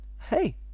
hey